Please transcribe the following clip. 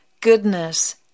goodness